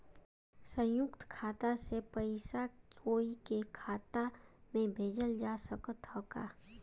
संयुक्त खाता से पयिसा कोई के खाता में भेजल जा सकत ह का?